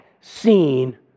seen